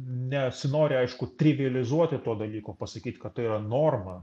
nesinori aišku trivializuoti to dalyko pasakyt kad tai yra norma